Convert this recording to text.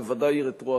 בוודאי רטרואקטיבית.